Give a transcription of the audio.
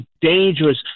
dangerous